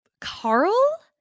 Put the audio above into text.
Carl